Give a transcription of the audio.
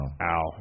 Ow